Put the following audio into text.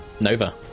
Nova